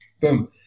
boom